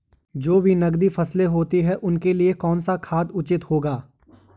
जो भी नकदी फसलें होती हैं उनके लिए कौन सा खाद उचित होगा?